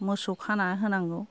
मोसौ खाना होनांगौ